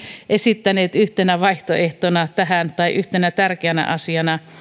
esittäneet yhtenä vaihtoehtona tähän tai yhtenä tärkeänä asiana